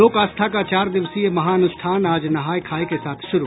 लोक आस्था का चार दिवसीय महाअनुष्ठान आज नहाय खाय के साथ शुरू